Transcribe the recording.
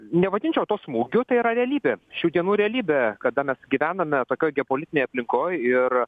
nevadinčiau to smūgiu tai yra realybė šių dienų realybė kada mes gyvename tokioj geopolitinėj aplinkoj ir